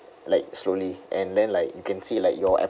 like slowly and then like you can see like your